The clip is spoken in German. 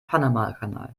panamakanal